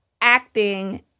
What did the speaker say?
acting